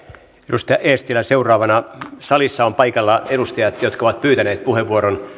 edustaja eestilä seuraavana salissa ovat paikalla edustajat jotka ovat pyytäneet puheenvuoron